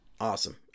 Awesome